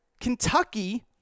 Kentucky